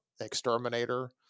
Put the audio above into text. exterminator